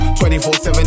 24-7